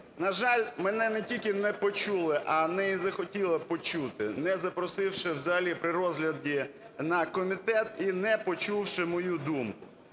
На жаль, мене не тільки не почули, а не захотіли почути, не запросивши взагалі при розгляді на комітет і не почувши мою думку.